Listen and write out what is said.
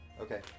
Okay